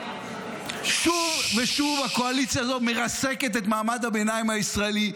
שוב ושוב הקואליציה הזו מרסקת את מעמד הביניים הישראלי.